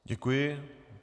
Děkuji.